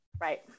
Right